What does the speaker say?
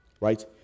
right